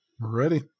Ready